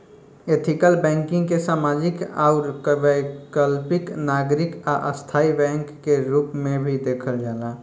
ethical banking के सामाजिक आउर वैकल्पिक नागरिक आ स्थाई बैंक के रूप में भी देखल जाला